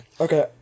Okay